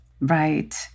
Right